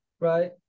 right